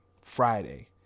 Friday